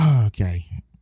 Okay